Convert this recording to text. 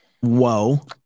Whoa